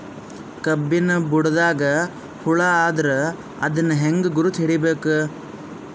ಕಬ್ಬಿನ್ ಬುಡದಾಗ ಹುಳ ಆದರ ಅದನ್ ಹೆಂಗ್ ಗುರುತ ಹಿಡಿಬೇಕ?